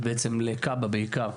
בעצם לכיבוי אש בעיקר,